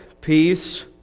peace